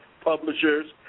publishers